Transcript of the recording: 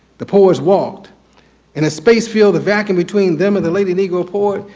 the poets walked in a space field of vacuum between them and the lady negro poet.